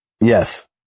Yes